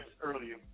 Earlier